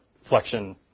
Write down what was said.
flexion